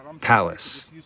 palace